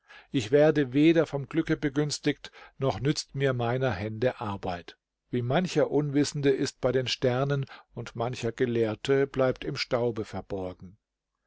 ich werde weder vom glücke begünstigt noch nützt mir meiner hände arbeit wie mancher unwissende ist bei den sternen und mancher gelehrte bleibt im staube verborgen